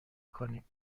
کنیم